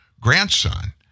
grandson